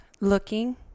looking